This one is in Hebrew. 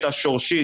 השורשית,